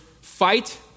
fight